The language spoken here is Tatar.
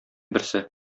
берсе